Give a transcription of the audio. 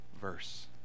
verse